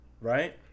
right